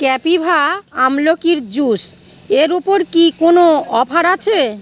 কপিভা আমলকির জুস এর উপর কি কোনো অফার আছে